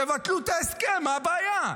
תבטלו את ההסכם, מה הבעיה?